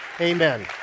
Amen